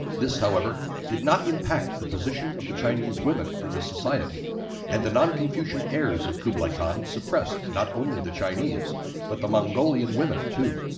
this however did not impact the position of the chinese women in the society and the non-confucian heirs of kublai khan supressed not only the chinese but the mongolian women too.